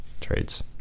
trades